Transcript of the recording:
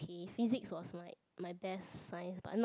physics was my my best science but not